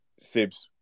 Sibs